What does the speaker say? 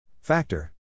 Factor